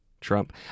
Trump